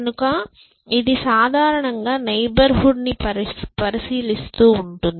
కనుక ఇది సాధారణంగా నైబర్ హుడ్ ని పరిశీలిస్తూ ఉంటుంది